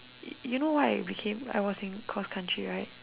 you know why I became I was in cross country right